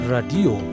Radio